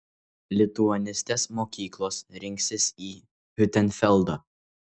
lituanistinės mokyklos rinksis į hiutenfeldą